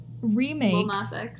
remakes